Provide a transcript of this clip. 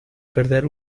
perder